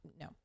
no